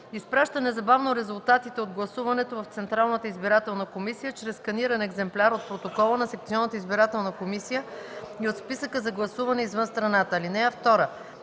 изпраща незабавно резултатите от гласуването в Централната избирателна комисия чрез сканиран екземпляр от протокола на секционната избирателна комисия и от списъка за гласуване извън страната.